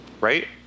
Right